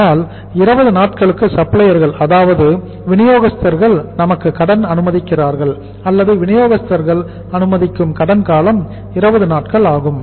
ஆனால் 20 நாட்களுக்கு சப்ளையர்கள் அதாவது விநியோகஸ்தர்கள் நமக்கு கடன் அனுமதிக்கிறார்கள் அல்லது விநியோகஸ்தர்கள் அனுமதிக்கும் கடன் காலம் 20 நாட்கள் ஆகும்